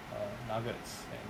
err nuggets and